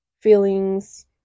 feelings